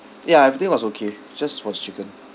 ya everything was okay just for the chicken